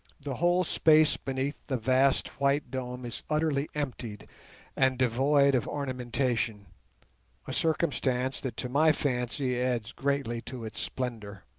the whole space beneath the vast white dome is utterly empty and devoid of ornamentation a circumstance that to my fancy adds greatly to its splendour.